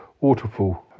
waterfall